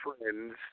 friends